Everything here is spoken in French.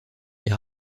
est